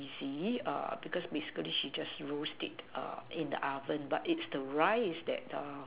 easy err because basically she just roast it err in the oven but is the rice that err